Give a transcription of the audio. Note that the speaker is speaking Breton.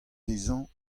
dezhañ